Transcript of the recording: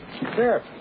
Sheriff